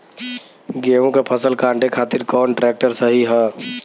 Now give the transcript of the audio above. गेहूँक फसल कांटे खातिर कौन ट्रैक्टर सही ह?